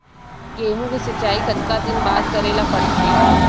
गेहूँ के सिंचाई कतका दिन बाद करे ला पड़थे?